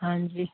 ਹਾਂਜੀ